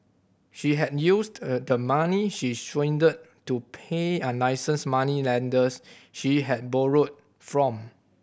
she had used the money she swindled to pay unlicensed moneylenders she had borrowed from